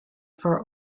for